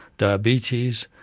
diabetes,